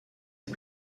est